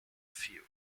few